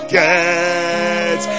get